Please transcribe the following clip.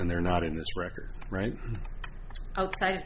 and they're not in this record right o